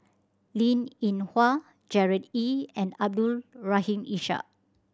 Linn In Hua Gerard Ee and Abdul Rahim Ishak